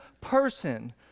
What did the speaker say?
person